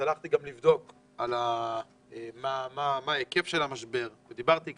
הלכתי לבדוק מה ההיקף של המשבר ודיברתי עם